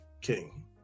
King